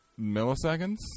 milliseconds